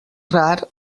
rar